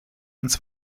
ans